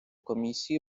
комісії